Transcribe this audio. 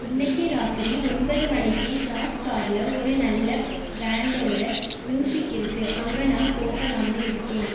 இன்றைக்கு இராத்திரி ஒன்பது மணிக்கு ஜாஸ் பாரில் ஒரு நல்ல பேன்டோடய மியூசிக் இருக்குது அங்கே நான் போகலாம்னு இருக்கேன்